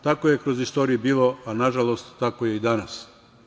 Tako je kroz istoriju bilo, a nažalost tako je i danas.